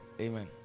Amen